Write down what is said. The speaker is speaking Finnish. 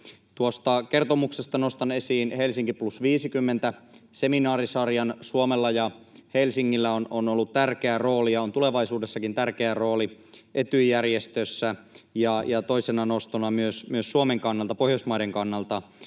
Tuosta kertomuksesta nostan esiin Helsinki+50-seminaarisarjan: Suomella ja Helsingillä on ollut tärkeä rooli ja on tulevaisuudessakin tärkeä rooli Etyj-järjestössä. Toisena nostona myös Suomen kannalta ja Pohjoismaiden kannalta